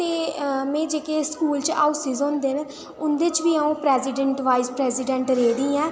ते में जेह्के स्कूल च हाऊसिस होंदे न उं'दे च बी अ'ऊं प्रैजीडैंट वाइस प्रैजीडैंट रेही दी ऐं